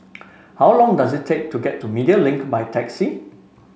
how long does it take to get to Media Link by taxi